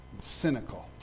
cynical